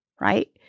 right